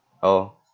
oh